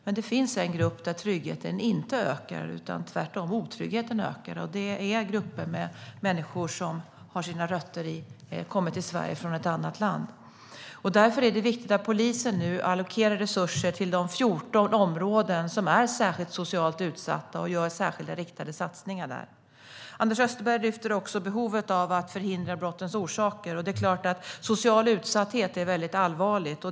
Men det finns en grupp där tryggheten inte ökar, där tvärtom otryggheten ökar. Det är bland människor som kommit till Sverige från ett annat land. Därför är det viktigt att polisen nu allokerar resurser till de 14 områden som är särskilt socialt utsatta och att det görs särskilda, riktade satsningar där. Anders Österberg lyfter också upp behovet av att förhindra brottens orsaker. Det är klart att social utsatthet är allvarligt.